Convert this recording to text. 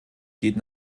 geht